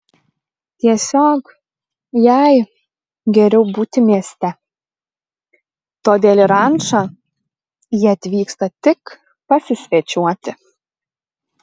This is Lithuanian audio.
tiesiog jai geriau būti mieste todėl į rančą ji atvyksta tik pasisvečiuoti